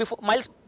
miles